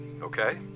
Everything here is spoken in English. Okay